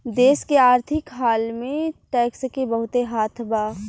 देश के आर्थिक हाल में टैक्स के बहुते हाथ बा